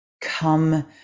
come